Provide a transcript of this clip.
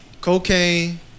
cocaine